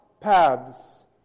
paths